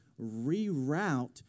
reroute